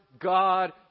God